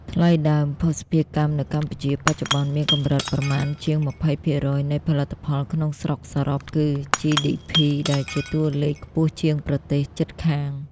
ថ្លៃដើមភស្តុភារកម្មនៅកម្ពុជាបច្ចុប្បន្ន មានកម្រិតប្រមាណជាង ២០% នៃផលិតផលក្នុងស្រុកសរុប (គឺ GDP) ដែលជាតួលេខខ្ពស់ជាងប្រទេសជិតខាង។